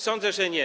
Sądzę, że nie.